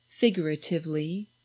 figuratively